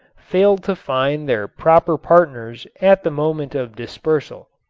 failed to find their proper partners at the moment of dispersal.